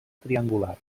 triangular